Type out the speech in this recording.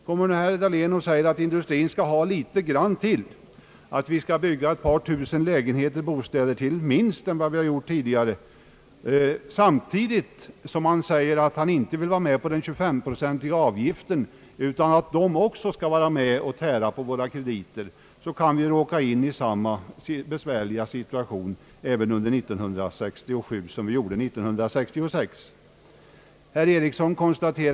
Skall nu industrien, som herr Dahlén vill, få litet mer och vi dessutom skall bygga minst ett par tusen bostäder mer än vi gjort tidigare, samtidigt som herr Dahlén förklarar sig inte vilja vara med om den föreslagna investeringsavgiften på 253 procent utan vill att dessa berörda projekt också skall tära på våra krediter, kan vi även under 1967 råka i samma besvärliga läge som vi befunnit oss i 1966.